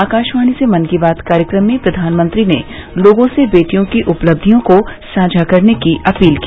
आकाशवाणी से मन की बात कार्यक्रम में प्रधानमंत्री ने लोगों से बेटियों की उपलब्धियों को साझा करने की अपील की